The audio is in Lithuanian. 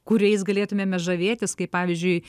kuriais galėtumėme žavėtis kaip pavyzdžiui